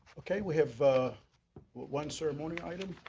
okay, we have one ceremonial item,